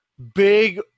Big